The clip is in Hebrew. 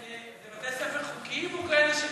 זה בתי ספר חוקיים או כאלה,